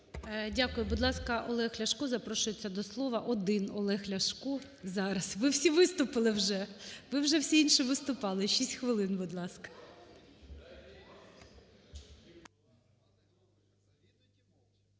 Дякую. Будь ласка, Олег Ляшко запрошується до слова, один Олег Ляшко зараз, ви всі виступили вже, ви вже всі інші виступили. Шість хвилин, будь ласка.